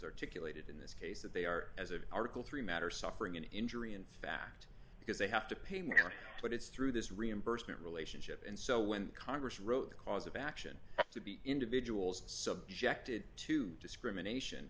articulated in this case that they are as an article three matter suffering an injury in fact because they have to pay more money but it's through this reimbursement relationship and so when congress wrote the cause of action to be individuals subjected to discrimination